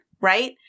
right